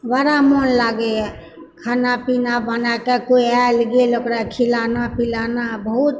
बड़ा मन लागैए खाना पीना बनाए कऽ केओ आएल गेल ओकरा खिलाना पिलाना बहुत